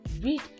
read